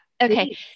Okay